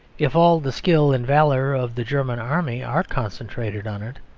if all the skill and valour of the german army are concentrated on it,